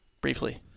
Briefly